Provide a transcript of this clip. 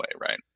right